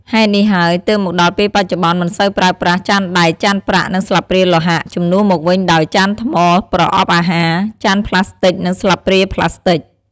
ហេតុនេះហើយទើបមកដល់ពេលបច្ចុប្បន្នមិនសូវប្រើប្រាស់ ចានដែក ចានប្រាក់ និងស្លាបព្រាលោហៈ ជំនួសមកវិញដោយ ចានថ្ម ប្រអប់អាហារ ចានប្លាស្ទិក និងស្លាបព្រាប្លាស្ទិក។